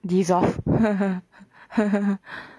dissolve